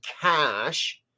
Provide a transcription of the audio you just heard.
cash